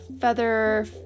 feather